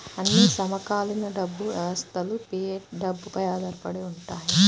అన్ని సమకాలీన డబ్బు వ్యవస్థలుఫియట్ డబ్బుపై ఆధారపడి ఉంటాయి